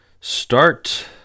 start